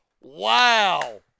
Wow